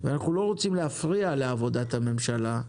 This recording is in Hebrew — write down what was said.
ואנחנו לא רוצים להפריע לעבודת הממשלה,